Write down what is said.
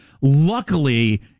luckily